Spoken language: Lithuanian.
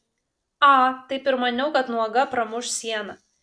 a taip ir maniau kad nuoga pramuš sieną